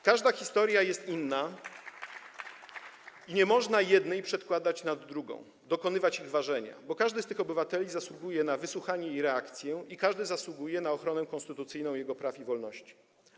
Każda historia jest inna i nie można jednej przedkładać nad drugą, dokonywać ich ważenia, bo każdy z tych obywateli zasługuje na wysłuchanie i reakcję, każdy zasługuje na ochronę konstytucyjną jego praw i wolności.